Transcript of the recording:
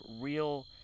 real